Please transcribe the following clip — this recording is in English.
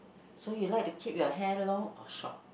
so you like to keep your hair long or short